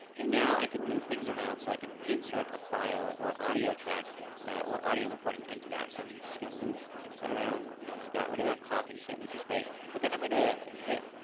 and now i can move things around so i can insert a file or audio track or audio recording into that. so i'm just gonna move that around. you know, i got rid of that coughing fit, which is great, but then i'm gonna hit